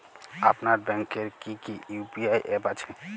আপনার ব্যাংকের কি কি ইউ.পি.আই অ্যাপ আছে?